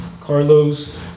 Carlos